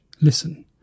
listen